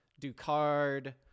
Ducard